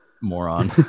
moron